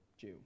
Jew